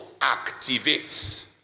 activate